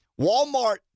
Walmart